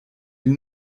die